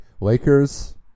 Lakers